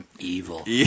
evil